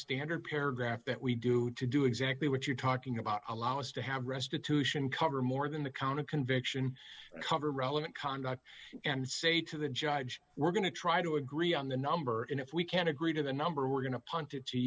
standard paragraph that we do to do exactly what you're talking about allow us to have restitution cover more than the count of conviction cover relevant conduct and say to the judge we're going to try to agree on the number and if we can agree to the number we're going to punt it